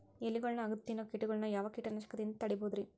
ಎಲಿಗೊಳ್ನ ಅಗದು ತಿನ್ನೋ ಕೇಟಗೊಳ್ನ ಯಾವ ಕೇಟನಾಶಕದಿಂದ ತಡಿಬೋದ್ ರಿ?